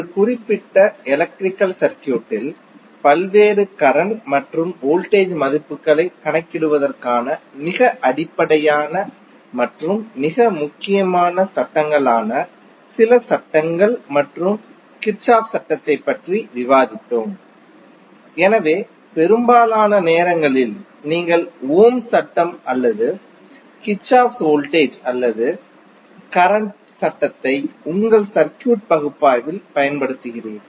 ஒரு குறிப்பிட்ட எலக்ட்ரிக்கல் சர்க்யூட்டில் பல்வேறு கரண்ட் மற்றும் வோல்டேஜ் மதிப்புகளைக் கணக்கிடுவதற்கான மிக அடிப்படையான மற்றும் மிக முக்கியமான சட்டங்களான சில சட்டங்கள் மற்றும் கிர்ச்சோஃப் சட்டத்தைப் பற்றி விவாதித்தோம் எனவே பெரும்பாலான நேரங்களில் நீங்கள் ஓம்ஸ் சட்டம் அல்லது கிர்ச்சாஃப் வோல்டேஜ் அல்லது கரண்ட் சட்டத்தைப் உங்கள் சர்க்யூட் பகுப்பாய்வில் பயன்படுத்துகிறீர்கள்